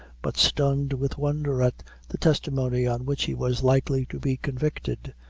but stunned with wonder at the testimony on which he was likely to be convicted.